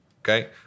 Okay